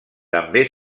també